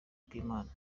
bw’imana